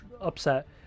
upset